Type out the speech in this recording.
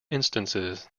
instances